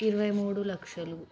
ఇరవై మూడు లక్షలు